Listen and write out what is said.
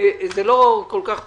זה לא כל כך פשוט,